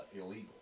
illegal